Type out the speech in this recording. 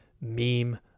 meme